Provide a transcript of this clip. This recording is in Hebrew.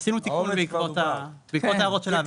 עשינו תיקון בעקבות ההערות של הוועדה.